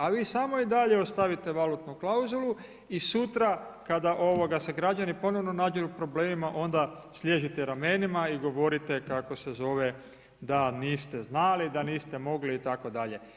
A vi samo i dalje ostavite valutnu klauzulu i sutra kada se građani ponovno nađu u problemima onda sliježite ramenima i govorite da niste znali, da niste mogli itd.